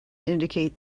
indicate